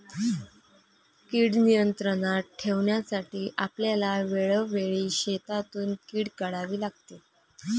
कीड नियंत्रणात ठेवण्यासाठी आपल्याला वेळोवेळी शेतातून कीड काढावी लागते